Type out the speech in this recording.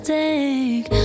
take